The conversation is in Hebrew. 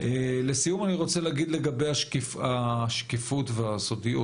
לסיום אני רוצה להגיד לגבי השקיפות והסודיות.